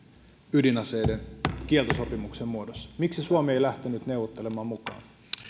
ydinaseiden kieltosopimuksen muodossa miksi suomi ei lähtenyt neuvottelemaan mukaan